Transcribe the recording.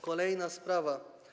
Kolejna sprawa.